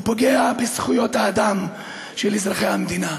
הוא פוגע בזכויות האדם של אזרחי המדינה.